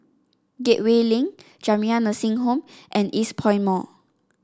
Gateway Link Jamiyah Nursing Home and Eastpoint Mall